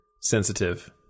sensitive